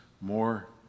more